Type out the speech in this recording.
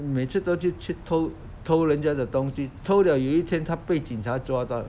每次去偷偷人家的东西偷了一天他被警察抓到